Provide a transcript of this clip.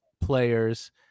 players